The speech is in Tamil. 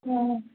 ம் ஆ